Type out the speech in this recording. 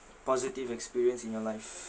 positive experience in your life